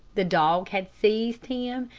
the dog had seized him,